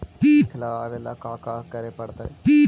ईख लगावे ला का का करे पड़तैई?